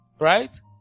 Right